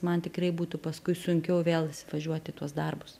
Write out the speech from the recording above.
man tikrai būtų paskui sunkiau vėl įsivažiuot į tuos darbus